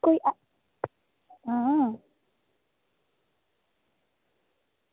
कोई आं